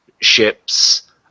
ships